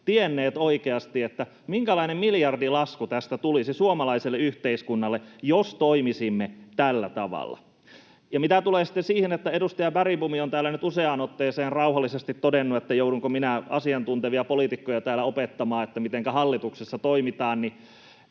tienneet oikeasti, minkälainen miljardilasku tästä tulisi suomalaiselle yhteiskunnalle, jos toimisimme tällä tavalla? Ja mitä tulee sitten siihen, että edustaja Bergbom on täällä nyt useaan otteeseen rauhallisesti todennut, että joudunko minä asiantuntevia poliitikkoja täällä opettamaan, mitenkä hallituksessa toimitaan, niin